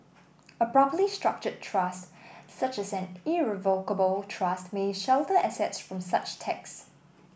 a properly structured trust such as an irrevocable trust may shelter assets from such tax